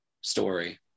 story